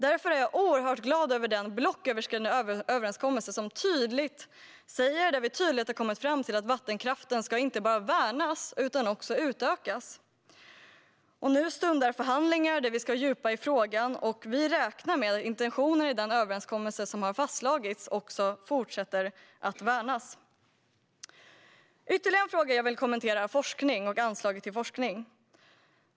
Därför är jag oerhört glad över den blocköverskridande överenskommelsen, där vi tydligt har kommit fram till att vattenkraften inte bara ska värnas utan också utökas. Nu stundar förhandlingar där vi ska fördjupa oss i frågan, och vi räknar med att intentionerna i den överenskommelse som fastslagits fortsätter att värnas. Ytterligare en fråga jag vill kommentera är forskning och anslagen till forskning.